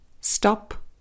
Stop